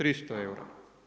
300 eura.